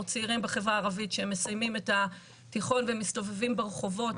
צעירים בחברה הערבית שמסיימים את התיכון ומסתובבים ברחובות,